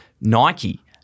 Nike